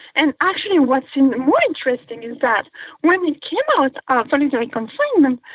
and actually, what seemed more interesting is that when he came out of solitary confinement,